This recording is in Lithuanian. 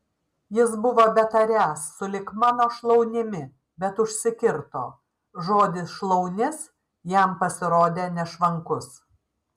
jis buvo betariąs sulig mano šlaunimi bet užsikirto žodis šlaunis jam pasirodė nešvankus